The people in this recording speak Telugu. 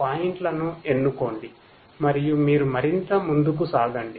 పాయింట్లను ఎన్నుకోండి మరియు మీరు ముందుకు సాగండి